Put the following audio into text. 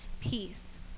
peace